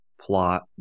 plot